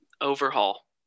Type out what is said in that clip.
overhaul